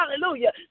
hallelujah